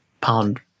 pound